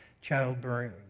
childbirth